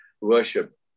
worship